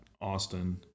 Austin